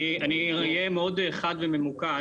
אני אהיה מאוד חד וממוקד.